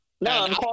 No